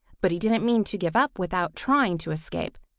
but he didn't mean to give up without trying to escape.